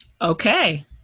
Okay